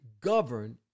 govern